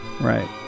Right